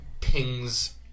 pings